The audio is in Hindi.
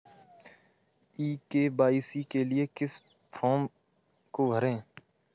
ई के.वाई.सी के लिए किस फ्रॉम को भरें?